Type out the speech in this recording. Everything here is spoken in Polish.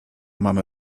mamy